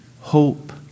Hope